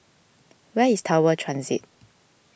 where is Tower Transit